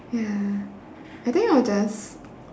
ya I think I'll just